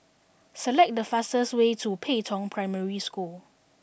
select the fastest way to Pei Tong Primary School